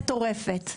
מטורפת.